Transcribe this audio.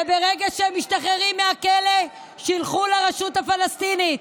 וברגע שהם משתחררים מהכלא, שילכו לרשות הפלסטינית,